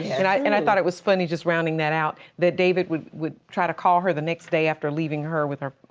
and i and i thought it was funny just rounding that out that david would would try to call her the next day after leaving her with her,